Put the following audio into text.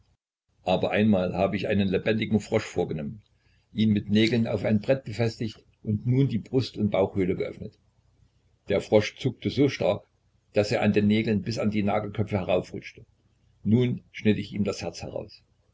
aber einmal hab ich einen lebendigen frosch vorgenommen ihn mit nägeln auf ein brett befestigt und nun die brust und bauchhöhle geöffnet der frosch zuckte so stark daß er an den nägeln bis an die nagelköpfe heraufrutschte nun schnitt ich ihm das herz heraus